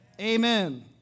Amen